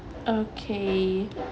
okay